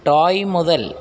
toy മുതൽ